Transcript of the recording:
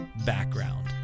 background